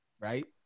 right